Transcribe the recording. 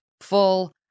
full